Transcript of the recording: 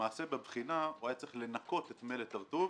למעשה בבחינה הוא היה צריך לנכות את "מלט הר-טוב",